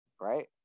Right